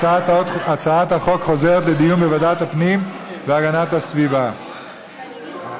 אין ההצעה להעביר את הצעת חוק למניעת מפגעים סביבתיים (תביעות אזרחיות)